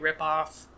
ripoff